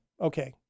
okay